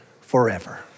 forever